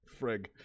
Frig